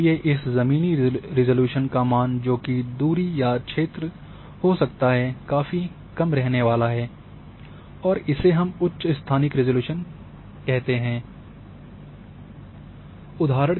और इसलिए इस ज़मीनी रिज़ॉल्यूशन का मान जोकि दूरी या क्षेत्र हो सकता है काफ़ी कम रहने वाला है और इसे हम उच्च स्थानिक रिज़ॉल्यूशन कहते हैं संकल्प